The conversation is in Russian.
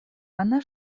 она